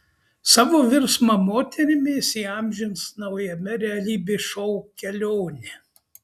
savo virsmą moterimi jis įamžins naujame realybės šou kelionė